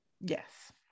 Yes